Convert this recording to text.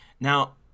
Now